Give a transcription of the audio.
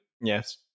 Yes